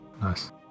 Nice